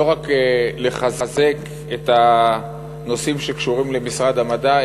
לא רק לחזק את הנושאים שקשורים למשרד המדע,